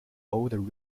old